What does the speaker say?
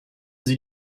sie